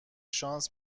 شانس